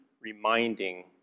reminding